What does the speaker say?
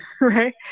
right